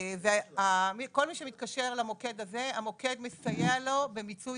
כל מי שמתקשר למוקד הזה, המוקד מסייע לו במיצוי